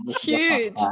Huge